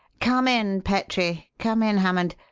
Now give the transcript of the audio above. come in, petrie come in, hammond.